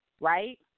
right